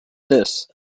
this